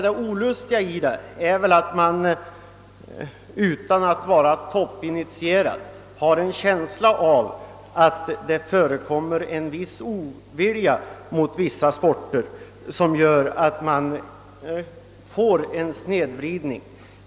Det olustiga är att man — utan att vara toppinitierad — har en känsla av att det finns viss ovilja mot en del sporter, som leder till snedvridning.